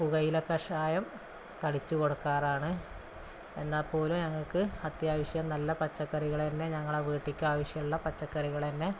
പുകയില കഷായം തളിച്ച് കൊടുക്കാറാണ് എന്നാൽ പോലും ഞങ്ങൾക്ക് അത്യാവശ്യം നല്ല പച്ചക്കറികൾ തന്നെ ഞങ്ങൾ വീട്ടിലേക്ക് ആശ്യമുള്ള പച്ചക്കറികൽ തന്നെ